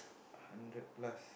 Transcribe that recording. hundred plus